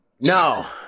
No